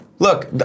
Look